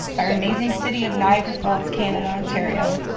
our amazing city of niagara falls, canada, ontario,